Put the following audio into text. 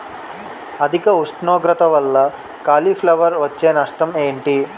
అధిక ఉష్ణోగ్రత వల్ల కాలీఫ్లవర్ వచ్చే నష్టం ఏంటి?